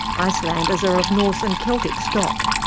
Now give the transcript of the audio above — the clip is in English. icelanders are of norse and celtic stock.